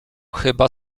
chyba